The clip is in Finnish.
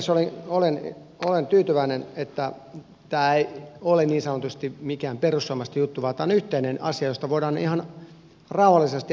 siinä mielessä olen tyytyväinen että tämä ei ole niin sanotusti mikään perussuomalaisten juttu vaan tämä on yhteinen asia josta voidaan ihan rauhallisesti asiatasolla keskustella